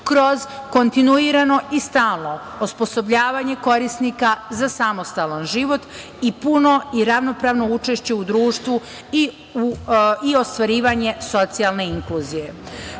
kroz kontinuirano i stalno osposobljavanje korisnika za samostalan život i puno i ravnopravno učešće u društvu i ostvarivanje socijalne inkluzije. Takođe,